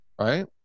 right